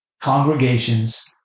Congregations